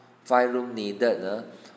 five room needed ah